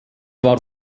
war